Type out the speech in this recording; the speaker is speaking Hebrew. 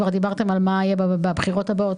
כבר דיברתם על מה יהיה בבחירות הבאות,